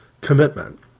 commitment